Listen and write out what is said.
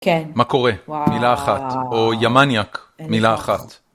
מקורה מילה אחת או ימניאק מילה אחת.